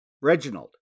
Reginald